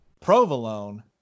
Provolone